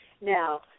now